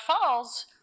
falls